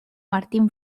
martín